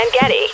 getty